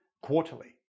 quarterly